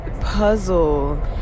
Puzzle